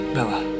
Bella